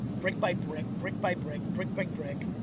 brick by brick, brick by brick, brick by brick,